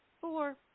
Four